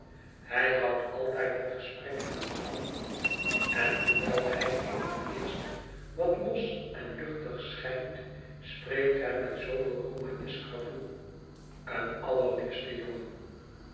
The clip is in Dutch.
hij houdt altljd het gesprek aan den gang en hoewel hij in het eerst wat los en luchtig schijnt spreekt hij met zooveel romanesk gevoel i een allerliefste jongen